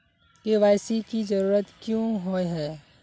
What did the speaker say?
KYC की जरूरत क्याँ होय है?